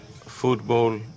football